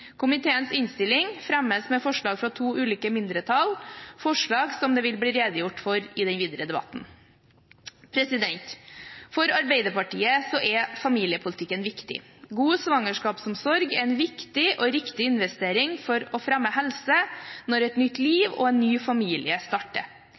Komiteens innstilling fremmes med forslag fra to ulike mindretall, forslag som det vil bli redegjort for i den videre debatten. For Arbeiderpartiet er familiepolitikken viktig. God svangerskapsomsorg er en viktig og riktig investering for å fremme helse når et nytt liv og en ny familie starter.